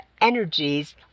energies